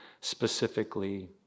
specifically